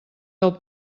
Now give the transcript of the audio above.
del